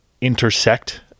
intersect